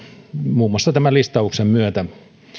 muun muassa tämän listauksen myötä